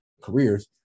careers